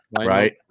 Right